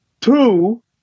Two